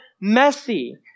messy